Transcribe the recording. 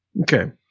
Okay